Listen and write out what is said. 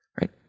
right